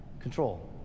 control